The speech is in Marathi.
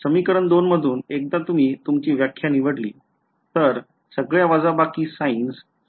समीकरण २ मधून एकदा तुम्ही तुमची व्याख्या निवडली तर सगळ्या वजाबाकी signs स्वतः त्यांची काळजी घेतील